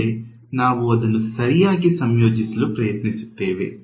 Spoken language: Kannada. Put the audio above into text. ಮುಂದೆ ನಾವು ಅದನ್ನು ಸರಿಯಾಗಿ ಸಂಯೋಜಿಸಲು ಪ್ರಯತ್ನಿಸುತ್ತೇವೆ